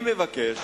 אני מבקש